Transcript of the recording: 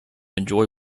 enjoy